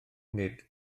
nid